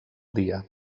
dia